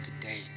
today